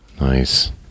Nice